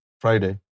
Friday